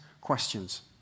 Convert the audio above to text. questions